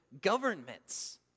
governments